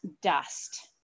dust